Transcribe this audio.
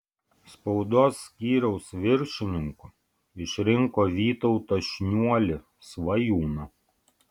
spaudos skyriaus viršininku išrinko vytautą šniuolį svajūną